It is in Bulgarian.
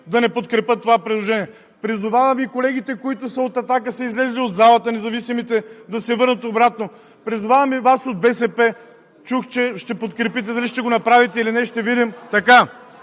да не подкрепят това предложение, и колегите, които са от „Атака“ и са излезли от залата, и независимите, да се върнат обратно, призовавам и Вас от БСП – чух, че ще подкрепите, а дали ще го направите или не, ще видим,